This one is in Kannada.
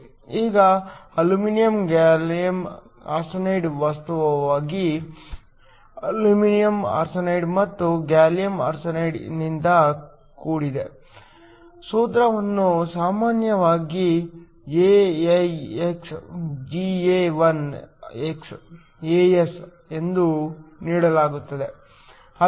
ಈಗ ಅಲ್ಯೂಮಿನಿಯಂ ಗ್ಯಾಲಿಯಂ ಆರ್ಸೆನೈಡ್ ವಾಸ್ತವವಾಗಿ ಅಲ್ಯೂಮಿನಿಯಂ ಆರ್ಸೆನೈಡ್ ಮತ್ತು ಗ್ಯಾಲಿಯಂ ಆರ್ಸೆನೈಡ್ ನಿಂದ ಕೂಡಿದೆ ಸೂತ್ರವನ್ನು ಸಾಮಾನ್ಯವಾಗಿ AlxGa1 xAs ಎಂದು ನೀಡಲಾಗುತ್ತದೆ